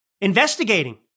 investigating